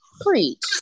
Preach